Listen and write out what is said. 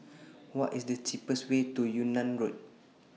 What IS The cheapest Way to Yunnan Road